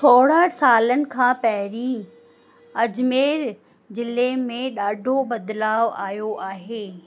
थोरा सालनि खां पहिरीं अजमेर जिले में ॾाढो बदलाव आयो आहे